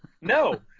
no